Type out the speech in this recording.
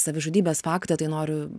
savižudybės tai noriu